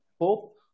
Hope